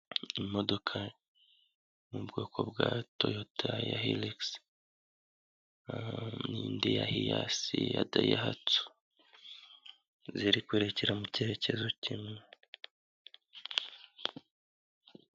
Imodoka yo mu bwoko bwa Toyota ya herekisi, n'indi iri hasi ya Dayihatsu, ziri kwerekera mu cyerekezo kimwe.